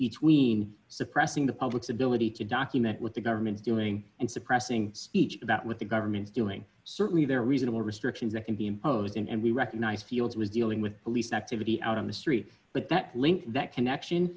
between suppressing the public's ability to document what the government is doing and suppressing speech about what the government's doing certainly there are reasonable restrictions that can be imposed and we recognise fields was dealing with police activity out on the street but that link that connection